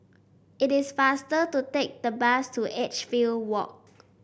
it is faster to take the bus to Edgefield Walk